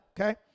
okay